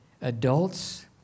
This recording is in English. Adults